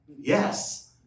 Yes